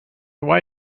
why